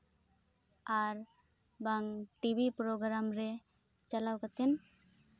ᱟᱨ ᱵᱟᱝ TV program ᱨᱮ ᱪᱟᱞᱟᱣ ᱠᱟᱛᱮᱱ